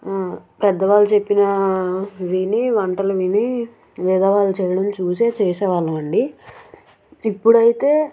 పెద్దవాళ్ళు చెప్పినా విని వంటలు విని వేరేవాళ్ళు చేయడం చూసే చేసేవాళ్ళం అండి ఇప్పుడయితే